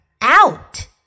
out